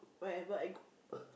wherever I go